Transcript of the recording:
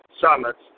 summits